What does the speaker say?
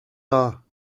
are